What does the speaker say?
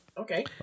okay